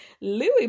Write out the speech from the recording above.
Louis